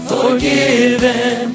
Forgiven